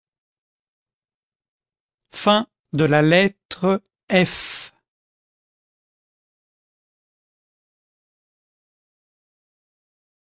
de la légion